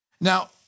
Now